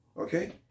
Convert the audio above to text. Okay